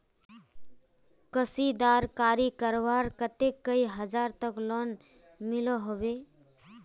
कशीदाकारी करवार केते कई हजार तक लोन मिलोहो होबे?